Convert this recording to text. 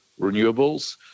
renewables